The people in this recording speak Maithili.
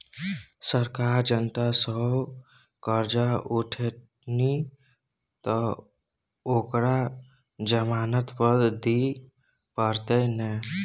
सरकार जनता सँ करजा उठेतनि तँ ओकरा जमानत पत्र दिअ पड़तै ने